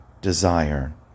desire